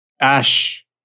Ash